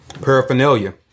paraphernalia